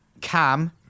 Cam